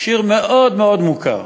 שיר מאוד מאוד מוכר,